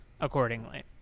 accordingly